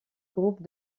groupe